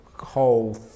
whole